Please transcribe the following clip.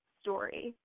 story